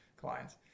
clients